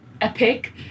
Epic